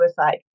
suicide